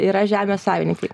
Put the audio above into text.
yra žemės savininkai